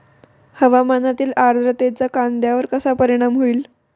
हवामानातील आर्द्रतेचा कांद्यावर कसा परिणाम होईल?